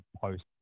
post